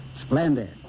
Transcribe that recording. Splendid